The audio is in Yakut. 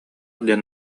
диэн